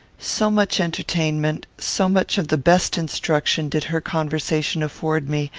so much entertainment, so much of the best instruction, did her conversation afford me,